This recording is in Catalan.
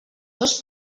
dos